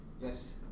Yes